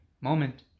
moment